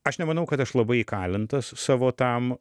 aš nemanau kad aš labai įkalintas savo tam